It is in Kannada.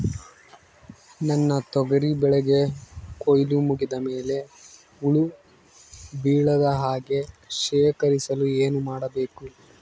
ನನ್ನ ತೊಗರಿ ಬೆಳೆಗೆ ಕೊಯ್ಲು ಮುಗಿದ ಮೇಲೆ ಹುಳು ಬೇಳದ ಹಾಗೆ ಶೇಖರಿಸಲು ಏನು ಮಾಡಬೇಕು?